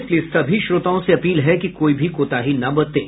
इसलिए सभी श्रोताओं से अपील है कि कोई भी कोताही न बरतें